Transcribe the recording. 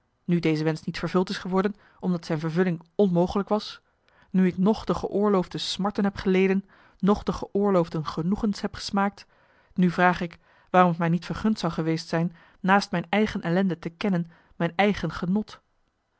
nu deze wensch niet vervuld is geworden omdat zijn vervulling onmogelijk was nu ik noch de geoorloofde marcellus emants een nagelaten bekentenis smarten heb geleden noch de geoorloofde genoegens heb gesmaakt nu vraag ik waarom t mij niet vergund zou geweest zijn naast mijn eigen ellende te kennen mijn eigen genot